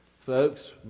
Folks